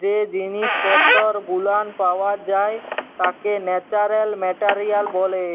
জ্যে জিনিস পত্তর গুলান পাওয়া যাই ত্যাকে ন্যাচারাল মেটারিয়াল ব্যলে